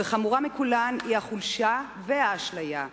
וחמורה מכולן היא החולשה והאשליה,